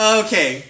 okay